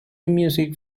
music